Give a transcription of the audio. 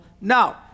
No